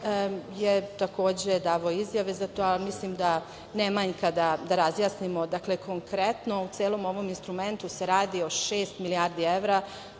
je davao izjave za to, ali mislim da ne manjka da razjasnimo konkretno u celom ovom instrumentu se radi šest milijardi evra,